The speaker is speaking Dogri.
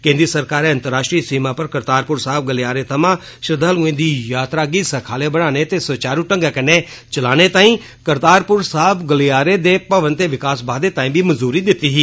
केन्द्री सरकारै अंतर्राष्ट्रीय सीमा पर करतारपुर साहिब गलियारें थमां श्रद्वालुएं दी यात्रा गी सखालै बनाने ते सुचारू ढंगै कन्नै चलाने ताई करतारपुर साहिब गलियारे दे भवन ते विकास बाद्वे ताई बी मंजूरी दित्ती ही